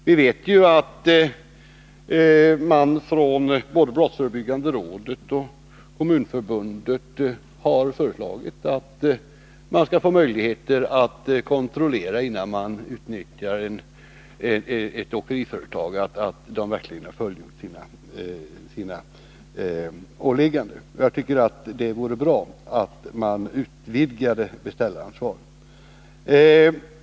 Vi vet att brottsförebyggande rådet och Kommunförbundet har föreslagit att beställaren skall få möjlighet att, innan han anlitar ett åkeriföretag, kontrollera att företaget verkligen har fullgjort sina åligganden. Jag tycker att det vore bra om man utvidgade beställaransvaret.